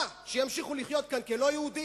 מה, שימשיכו לחיות כאן כלא-יהודים?